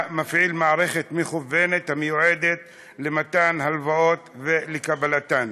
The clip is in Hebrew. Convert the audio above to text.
מפעיל מערכת מקוונת המיועדת למתן הלוואות ולקבלתן,